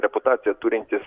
reputaciją turintis